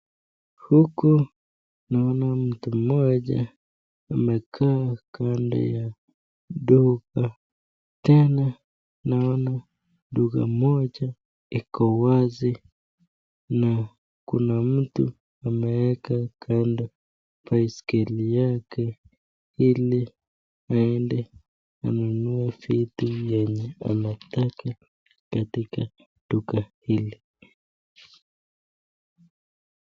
Huku naona mtu mmoja amekaa kando ya duka. Tena naona duka moja iko wazi na kuna mtu ameweka kando baiskeli yake ili aende anunue vitu yenye anataka katika duka hili.